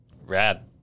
Rad